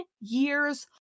years